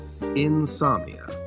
Insomnia